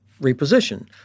reposition